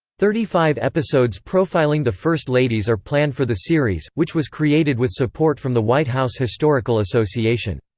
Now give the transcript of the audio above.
thirty five episodes profiling the first ladies are planned for the series, which was created with support from the white house historical association.